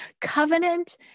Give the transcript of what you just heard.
Covenant